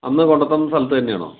അന്ന് കൊണ്ടു തന്ന സ്ഥലത്ത് തന്നെയാണോ